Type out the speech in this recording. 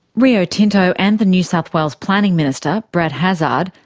rio tinto and the new south wales planning minister, brad hazzard,